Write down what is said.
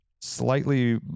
slightly